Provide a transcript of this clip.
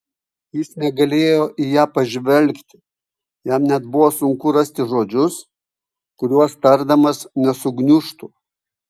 jis negalėjo į ją pažvelgti jam net buvo sunku rasti žodžius kuriuos tardamas nesugniužtų